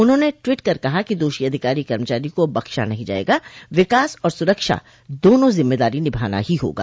उन्होंने ट्वीट कर कहा कि दोषी अधिकारी कर्मचारी को बख्शा नहीं जायेगा विकास और सुरक्षा दोनों जिम्मेदारी निभाना ही होगा